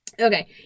Okay